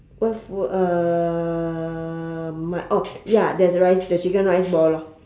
what food uh my oh ya there's a rice the chicken rice ball lor